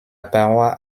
paroi